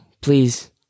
please